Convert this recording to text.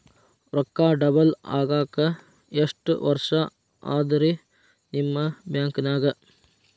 ರೊಕ್ಕ ಡಬಲ್ ಆಗಾಕ ಎಷ್ಟ ವರ್ಷಾ ಅದ ರಿ ನಿಮ್ಮ ಬ್ಯಾಂಕಿನ್ಯಾಗ?